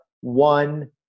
one